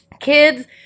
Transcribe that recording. kids